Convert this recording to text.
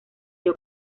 dio